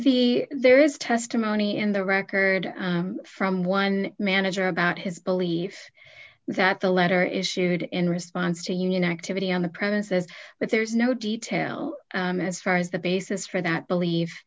the there is testimony in the record from one manager about his belief that the letter issued in response to union activity on the premises but there's no detail as far as the basis for that belie